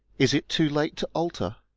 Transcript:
is it too late to alter?